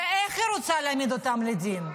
ואיך היא רוצה להעמיד אותם לדין?